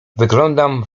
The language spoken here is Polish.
wyglądam